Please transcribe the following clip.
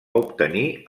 obtenir